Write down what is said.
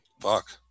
Fuck